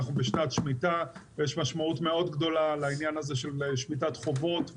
אנחנו בשנת שמיטה ויש משמעות מאוד גדולה לעניין הזה של שמיטת חובות,